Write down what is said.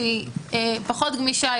שהיא פחות גמישה,